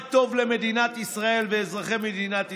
מה טוב למדינת ישראל ואזרחי מדינת ישראל,